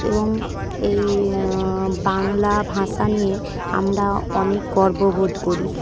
এবং এই বাংলা ভাষা নিয়ে আমরা অনেক গর্ব বোধ করি